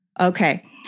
Okay